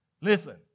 Listen